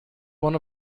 one